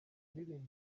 kuririmba